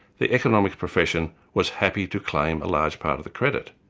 the economics profession was happy to claim a large part of the credit.